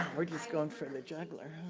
we're just going for the jugular